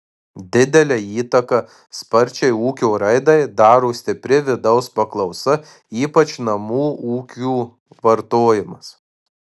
didelę įtaką sparčiai ūkio raidai daro stipri vidaus paklausa ypač namų ūkių vartojimas